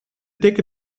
dikke